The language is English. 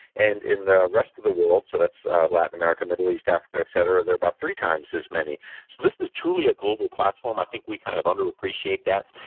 and in the rest of the world so that's latin america, middle east, africa, et cetera there are about three times as many. so this is truly a global platform. i think we kind of underappreciate that.